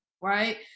right